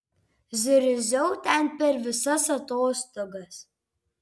zirziau ten per visas atostogas